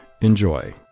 enjoy